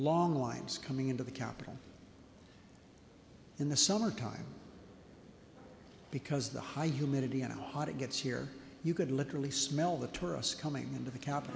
long winds coming into the capital in the summertime because the high humidity and how hot it gets here you could literally smell the tourists coming into the cap